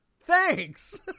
Thanks